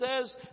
says